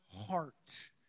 heart